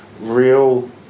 real